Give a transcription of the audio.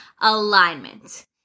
alignment